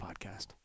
podcast